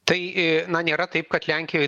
tai na nėra taip kad lenkijoj